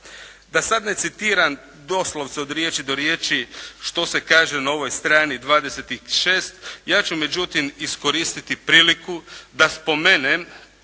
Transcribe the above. Da sada ne citiram doslovce od riječi do riječi što se kaže na ovoj strani 26, ja ću međutim iskoristiti priliku da spomenem